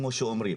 כמו שאומרים.